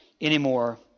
anymore